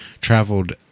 traveled